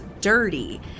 dirty